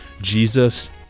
Jesus